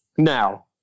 Now